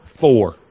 four